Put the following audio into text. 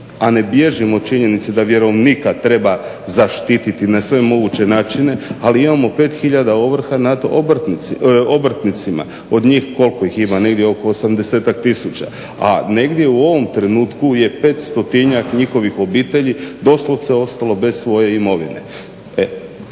a ne bježim od činjenice da vjerovnika treba zaštititi na sve moguće načine ali imamo 5 tisuća ovrha nad obrtnicima, od njih koliko ih ima negdje oko 80-ak tisuća. A negdje u ovom trenutku je 500-najk njihovih obitelji doslovce ostalo bez svoje imovine.